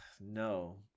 No